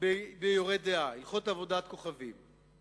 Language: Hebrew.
ב"יורה דעה", הלכות עבודת כוכבים: